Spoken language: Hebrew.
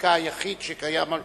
החקיקה היחיד הקיים על